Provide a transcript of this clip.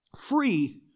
free